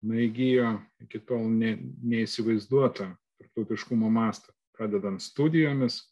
na įgijo iki tol nė neįsivaizduotą tarptautiškumo mastą pradedant studijomis